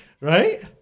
Right